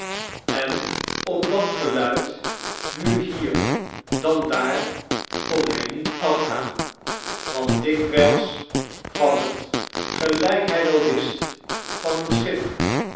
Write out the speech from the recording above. en op dat geluid nu hier dan daar kon hij niet afgaan want dikwijls kwam het gelijk hij wel wist van een schip